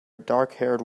darkhaired